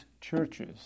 churches